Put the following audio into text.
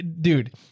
dude